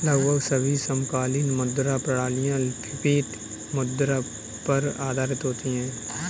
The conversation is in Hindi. लगभग सभी समकालीन मुद्रा प्रणालियाँ फ़िएट मुद्रा पर आधारित होती हैं